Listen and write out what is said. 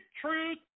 truth